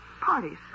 parties